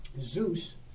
Zeus